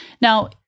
Now